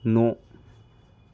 न'